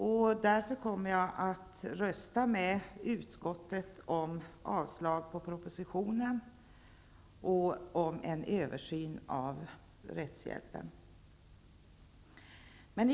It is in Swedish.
Jag kommer därför att rösta med utskottet om avslag på propositionen och en översyn av rättshjälpen.